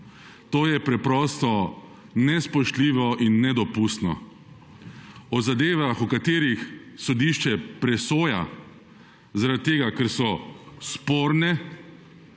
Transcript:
To je preprosto nespoštljivo in nedopustno. O zadevah, o katerih sodišče presoja zaradi tega, ker so sporne,